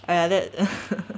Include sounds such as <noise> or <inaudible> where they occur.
!aiya! that <laughs>